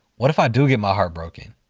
what if i do get my heart broken?